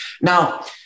Now